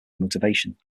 motivation